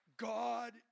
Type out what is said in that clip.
God